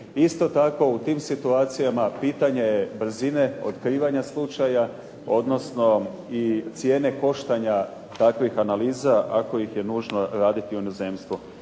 Isto tako u tim situacijama pitanje je brzine otkrivanja slučaja, odnosno i cijene koštanja takvih analiza ako ih je nužno raditi u inozemstvu.